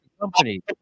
company